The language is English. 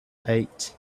eight